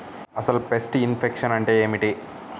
అసలు pest infection అంటే ఏమిటి?